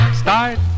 Start